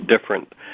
different